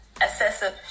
excessive